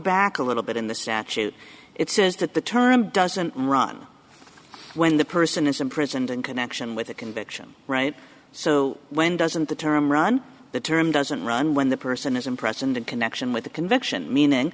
back a little bit in the statute it says that the term doesn't run when the person is imprisoned in connection with a conviction right so when doesn't the term run the term doesn't run when the person isn't present in connection with the conviction meaning